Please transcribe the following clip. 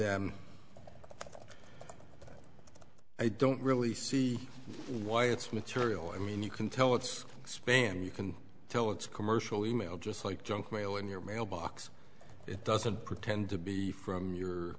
them i don't really see why it's material i mean you can tell it's spam you can tell it's commercial e mail just like junk mail in your mailbox it doesn't pretend to be from your